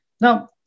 Now